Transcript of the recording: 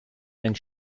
and